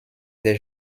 des